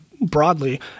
broadly